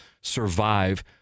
survive